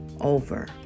over